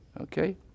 okay